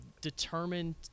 determined